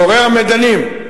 מעורר המדנים,